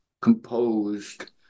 composed